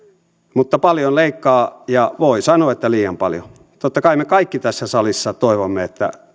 eli paljon leikkaa ja voi sanoa että liian paljon totta kai me kaikki tässä salissa toivomme että